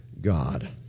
God